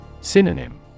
Synonym